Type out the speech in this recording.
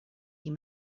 you